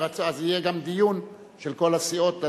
אז יהיה גם דיון של כל הסיעות.